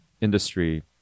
industry